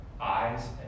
eyes